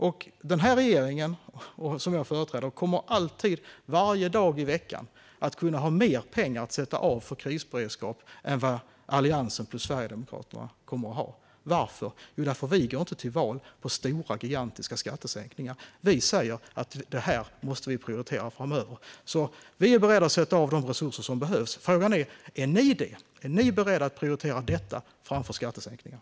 Och den här regeringen, som jag företräder, kommer alltid, varje dag i veckan, att ha mer pengar att sätta av för krisberedskap än vad Alliansen plus Sverigedemokraterna kommer att ha. Varför? Jo, därför att vi inte går till val på gigantiska skattesänkningar. Vi säger att det här måste vi prioritera framöver. Vi är beredda att sätta av de resurser som behövs. Frågan är: Är ni det? Är ni beredda att prioritera detta framför skattesänkningar?